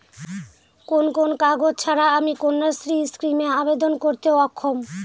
কোন কোন কাগজ ছাড়া আমি কন্যাশ্রী স্কিমে আবেদন করতে অক্ষম?